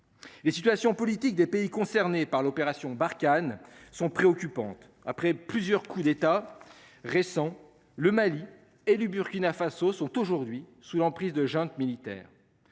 Et situations politiques des pays concernés par l'opération Barkhane sont préoccupantes. Après plusieurs coups d'État récent le Mali et le Burkina Faso, sont aujourd'hui sous l'emprise de junte militaire.